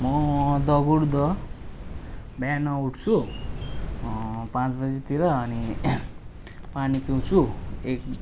म दगुर्दा बिहान उठ्छु पाँच बजेतिर अनि पानी पिउँछु एक